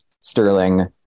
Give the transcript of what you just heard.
sterling